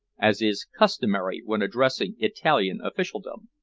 as is customary when addressing italian officialdom.